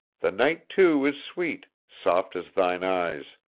the night too is sweet, soft as thine eyes.